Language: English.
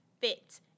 fit